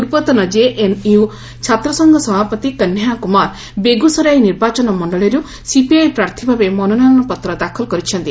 ପୂର୍ବତନ କେଏନ୍ୟୁ ଛାତ୍ରସଂଘ ସଭାପତି କହେଁୟା କୁମାର ବେଗୁସରାଇ ନିର୍ବାଚନ ମଣ୍ଡଳୀରୁ ସିପିଆଇ ପ୍ରାର୍ଥୀ ଭାବେ ମନୋନୟନ ପତ୍ର ଦାଖଲ କରିଛନ୍ତି